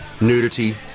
nudity